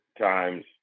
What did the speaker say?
times